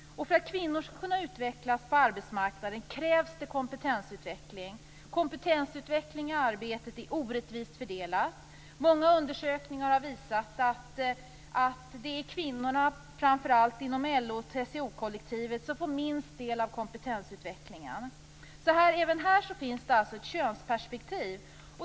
För att kvinnor skall kunna utvecklas på arbetsmarknaden krävs det kompetensutveckling. Kompetensutvecklingen i arbetet är orättvist fördelad. Många undersökningar har visat att det är kvinnorna, framför allt inom LO och TCO-kollektiven, som får minst del av kompetensutvecklingen. Även här finns det alltså ett könsperspektiv.